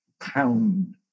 pound